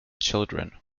children